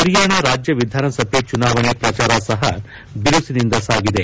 ಹರಿಯಾಣ ರಾಜ್ಯ ವಿಧಾನಸಭೆ ಚುನಾವಣೆ ಪ್ರಚಾರ ಸಹ ಬಿರುಸಿನಿಂದ ಸಾಗಿದೆ